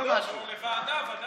לוועדה, ודאי.